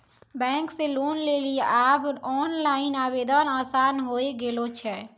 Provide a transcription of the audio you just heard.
bank से loan लेली आब ओनलाइन आवेदन आसान होय गेलो छै